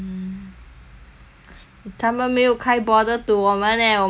他们没有开 border to 我们 eh 我们开 border to 他们 eh